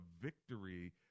victory